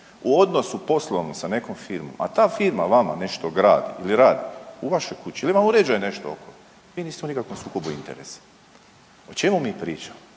u odnosu poslovnom sa nekom firmom, a ta firma vama nešto gradi ili radi u vašoj kući ili ima uređeno nešto vi niste u nikakvom sukobu interesa. O čemu mi pričamo?